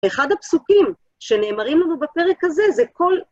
אחד הפסוקים שנאמרים לנו בפרק הזה זה כל...